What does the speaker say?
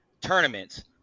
tournaments